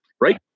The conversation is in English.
right